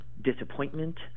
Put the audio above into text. Disappointment